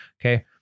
okay